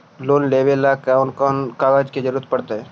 Loan लेबे ल कैन कौन कागज के जरुरत पड़ है?